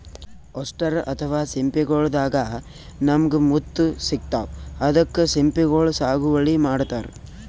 oyster ಅಥವಾ ಸಿಂಪಿಗೊಳ್ ದಾಗಾ ನಮ್ಗ್ ಮುತ್ತ್ ಸಿಗ್ತಾವ್ ಅದಕ್ಕ್ ಸಿಂಪಿಗೊಳ್ ಸಾಗುವಳಿ ಮಾಡತರ್